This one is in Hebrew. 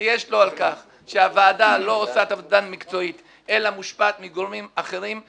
שיש לו על כך שהוועדה לא עושה עבודה מקצועית אלא מושפעת מגורמים אחרים,